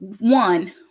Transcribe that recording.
one